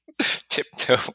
tiptoe